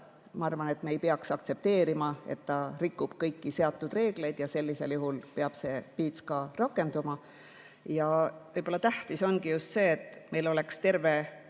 ma arvan, et me ei peaks aktsepteerima, et ta rikub kõiki seatud reegleid, ja sellisel juhul peab rakenduma piits. Võib-olla tähtis ongi just see, et meil oleks terve